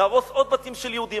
נהרוס עוד בתים של יהודים,